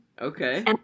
Okay